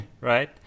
right